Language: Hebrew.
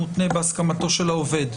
בהסכמתו של העובד.